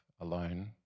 alone